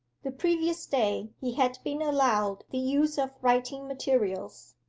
the previous day he had been allowed the use of writing-materials,